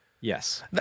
Yes